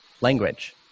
language